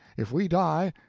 if we die,